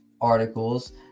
articles